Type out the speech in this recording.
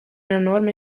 enorme